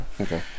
Okay